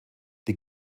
die